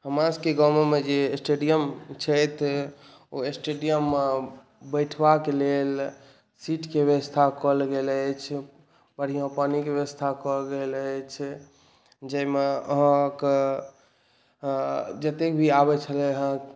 हमरा सबके गाममे जे स्टेडियम छै तऽ ओ स्टेडियम बैसबाक लेल सीटके व्यवस्था कयल गेल अछि बढ़िऑं पानिके व्यवस्था कयल गेल अछि जाहिमे अहाँके जतेक भी आबै छलै हेँ